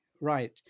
Right